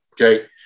okay